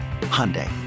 Hyundai